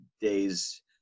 days